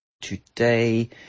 Today